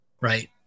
right